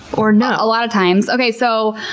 or no? a lot of times. okay. so